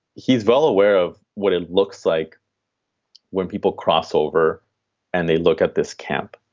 he's well aware of what it looks like when people cross over and they look at this camp.